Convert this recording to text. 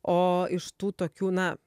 o iš tų tokių na